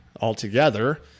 altogether